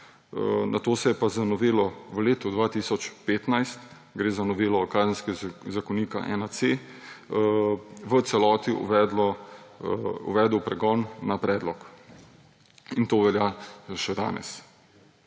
nato se je pa z novelo v letu 2015 – gre za novelo Kazenskega zakonika 1C – v celoti uvedel pregon na predlog in to velja še danes.